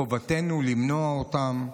חובתנו למנוע אותם.